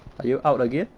are you out again